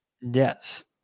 Yes